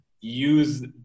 use